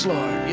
Lord